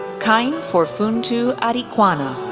kyne forfungtu atekwana,